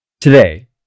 Today